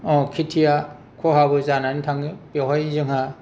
खेथिया खहाबो जानानै थाङो बेयावहाय जोंहा